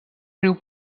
riu